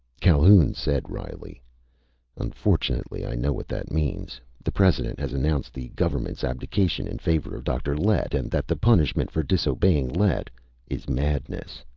calhoun said wryly unfortunately, i know what that means. the president has announced the government's abdication in favor of dr. lett, and that the punishment for disobeying lett is madness.